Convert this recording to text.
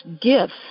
gifts